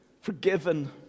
forgiven